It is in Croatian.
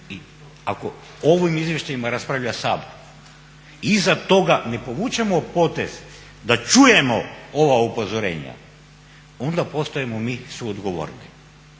i ako o ovim izvještajima raspravlja Sabor i iza toga ne povučemo potez da čujemo ova upozorenja onda postajemo mi suodgovorni